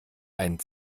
einen